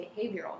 behavioral